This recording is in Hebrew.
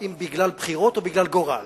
אם בגלל בחירות או בגלל גורל